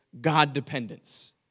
God-dependence